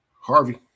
Harvey